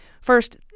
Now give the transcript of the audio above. First